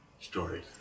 stories